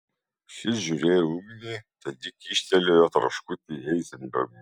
šis žiūrėjo į ugnį tad ji kyštelėjo traškutį heizenbergui